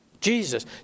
Jesus